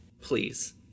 please